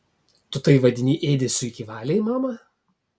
tu tai vadini ėdesiu iki valiai mama